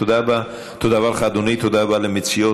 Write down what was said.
תודה רבה לך, אדוני, תודה רבה למציעות.